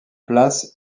place